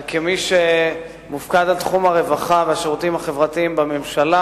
כמי שמופקד על תחום הרווחה והשירותים החברתיים בממשלה,